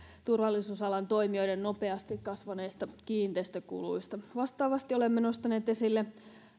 turvallisuusalan toimijoiden nopeasti kasvaneista kiinteistökuluista vastaavasti olemme nostaneet esille